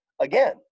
again